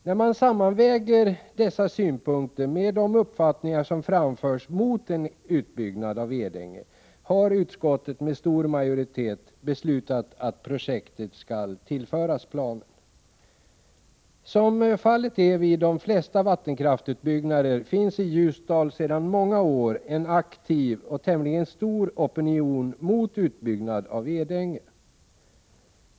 När man sammanväger dessa synpunkter med de uppfattningar som framförs mot en utbyggnad av Edänge har utskottet med stor majoritet beslutat att projektet skall tillföras planen. Som fallet är vid de flesta vattenkraftsutbyggnader finns i Ljusdal sedan många år en aktiv och tämligen stor opinion mot utbyggnad av Edänge.